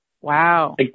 Wow